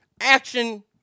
action